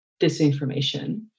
disinformation